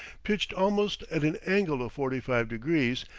pitched almost at an angle of forty-five degrees,